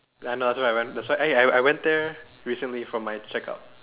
ya I know that's why I went that's why I I went there recently for my checkup